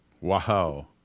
wow